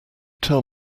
tell